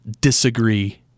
disagree